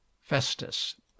festus